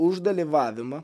už dalyvavimą